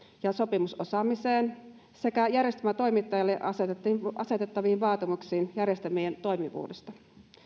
ja sopimusosaamiseen sekä järjestelmätoimittajille asetettaviin asetettaviin vaatimuksiin järjestelmien toimivuudesta